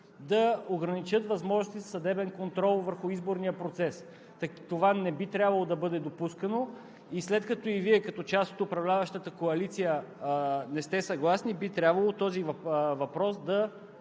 да ограничат възможностите за съдебен контрол върху изборния процес. Това не би трябвало да бъде допускано. След като и Вие като част от управляващата коалиция не сте съгласни, би трябвало този въпрос да отпадне.